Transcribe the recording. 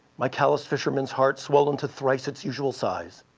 my callous fisherman's heart swelled into thrice its usual size.